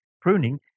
Pruning